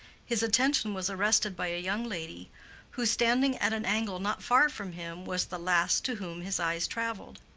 his attention was arrested by a young lady who, standing at an angle not far from him, was the last to whom his eyes traveled.